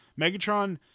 megatron